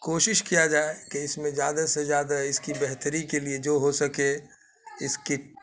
کوشش کیا جائے کہ اس میں زیادہ سے زیادہ اس کی بہتری کے لیے جو ہو سکے اس کی